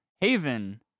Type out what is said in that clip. Haven